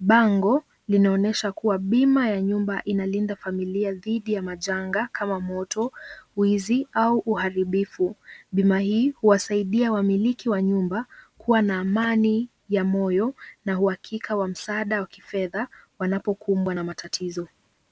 Bango linaonyesha kuwa bima ya nyumba inalinda familia dhidi ya majanga kama moto, wizi au uharibifu. Bima hii huwasaidia wamiliki wa nyumba kuwa na amani ya moyo uhakika wa msaada wa kifedha wanapokumbwa na matatizo.